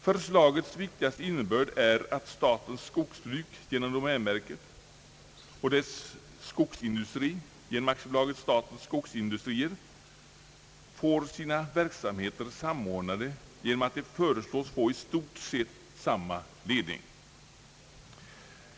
Förslagets viktigaste innebörd är att statens skogsbruk genom domänverket och dess skogsindustri, AB Statens skogsindustrier, får sina verksamheter samordnade genom att de föreslås få i stort sett samma ledning.